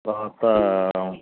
తర్వాత